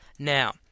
Now